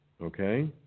Okay